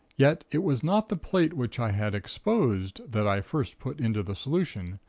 yet, it was not the plate which i had exposed, that i first put into the solution,